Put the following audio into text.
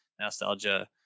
nostalgia